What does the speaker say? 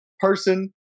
person